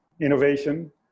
innovation